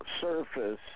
surface